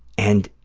and